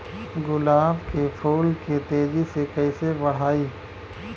गुलाब के फूल के तेजी से कइसे बढ़ाई?